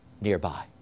nearby